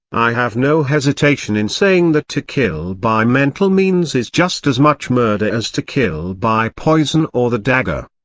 i have no hesitation in saying that to kill by mental means is just as much murder as to kill by poison or the dagger.